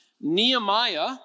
Nehemiah